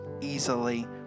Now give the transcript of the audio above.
easily